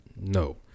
No